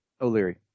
O'Leary